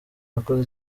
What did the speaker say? yakoze